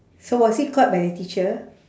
so was he caught by a teacher